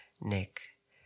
Nick